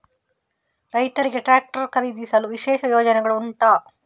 ರೈತರಿಗೆ ಟ್ರಾಕ್ಟರ್ ಖರೀದಿಸಲು ವಿಶೇಷ ಯೋಜನೆಗಳು ಉಂಟಾ?